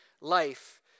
life